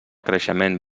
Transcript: creixement